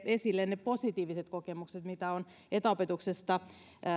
esille ne positiiviset kokemukset mitä on etäopetuksesta